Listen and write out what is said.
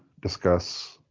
discuss